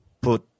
put